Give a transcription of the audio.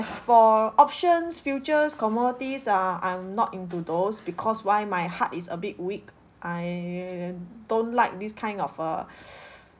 as for options futures commodities uh I'm not into those because why my heart is a bit weak I don't like this kind of uh